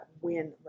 win